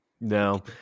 no